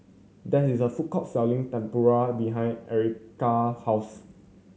there is a food court selling Tempura behind Ericka house